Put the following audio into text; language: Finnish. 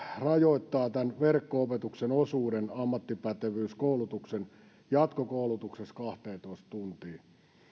rajoittaa verkko opetuksen osuuden ammattipätevyyskoulutuksen jatkokoulutuksessa kahteentoista tuntiin